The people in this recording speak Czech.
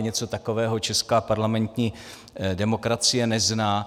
Něco takového česká parlamentní demokracie nezná.